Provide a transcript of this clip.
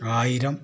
ആയിരം